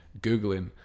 googling